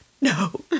no